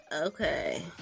okay